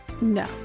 No